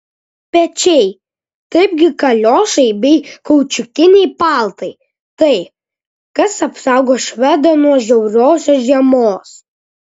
pečiai taipgi kaliošai bei kaučiukiniai paltai tai kas apsaugo švedą nuo žiauriosios žiemos